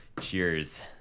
cheers